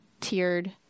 tiered